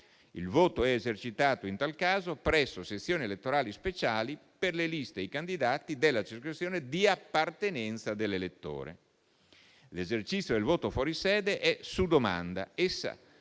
Il voto è esercitato in tal caso presso sezioni elettorali speciali per le liste dei candidati della circoscrizione di appartenenza dell'elettore. L'esercizio del voto fuori sede è su domanda,